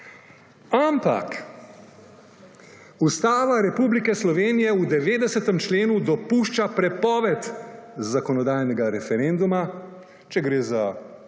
Ampak Ustava Republike Slovenije v 90. členu dopušča prepoved zakonodajnega referenduma, če gre za davke,